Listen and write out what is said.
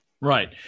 right